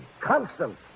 Constant